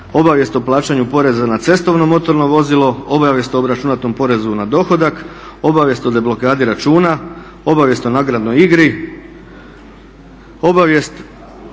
obavijest o plaćanju poreza na cestovno motorno vozilo, obavijest o obračunatom porezu na dohodak, obavijest o deblokadi računa, obavijest o nagradnoj igri, obavijest